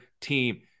team